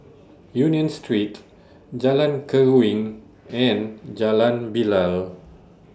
Union Street Jalan Keruing and Jalan Bilal